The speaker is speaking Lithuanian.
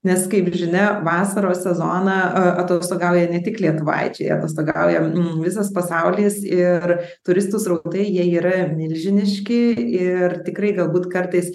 nes kaip žinia vasaros sezoną atostogauja ne tik lietuvaičiai atostogauja visas pasaulis ir turistų srautai jie yra milžiniški ir tikrai galbūt kartais